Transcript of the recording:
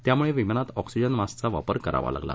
त्यामुळे विमानात ऑक्सिजन मास्कचा वापर करावा लागला